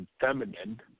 feminine